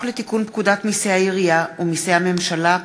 הצעת חוק לתיקון פקודת מסי העירייה ומסי הממשלה (פטורין)